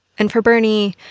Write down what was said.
and for bernie,